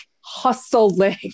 hustling